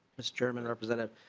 mister chairman representative.